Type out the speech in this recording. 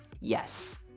Yes